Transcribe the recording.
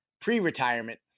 pre-retirement